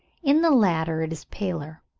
in the latter it is paler.